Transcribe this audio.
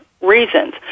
reasons